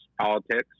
politics